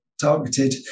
targeted